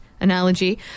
analogy